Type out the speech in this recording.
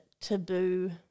taboo